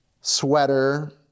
sweater